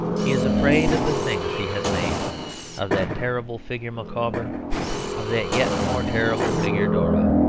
he is afraid of the things he has made of that terrible figure micawber of that yet more terrible figure dora.